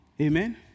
Amen